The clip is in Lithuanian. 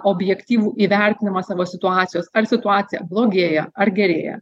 objektyvų įvertinimą savo situacijos ar situacija blogėja ar gerėja